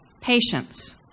patience